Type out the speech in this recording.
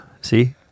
see